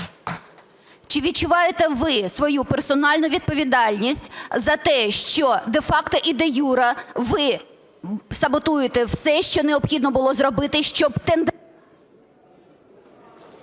Чи відчуваєте ви свою персональну відповідальність за те, що де-факто і де-юре ви саботуєте все, що необхідно було зробити, щоб...